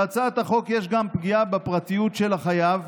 בהצעת החוק יש גם פגיעה בפרטיותו של החייב.